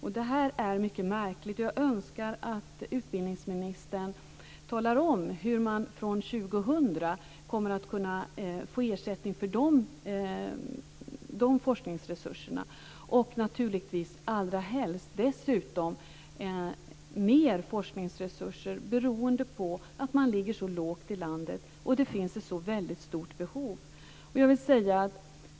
Det här är mycket märkligt. Jag önskar att utbildningsministern talar om hur man från 2000 kommer att kunna få ersättning för dessa forskningsresurser och naturligtvis allra helst dessutom få mer forskningsresurser beroende på att man ligger så lågt i landet och att det finns ett så väldigt stort behov.